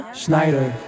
Schneider